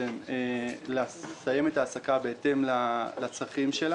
בחו"ל, לסיים את העסקה בהתאם לצרכים.